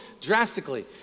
drastically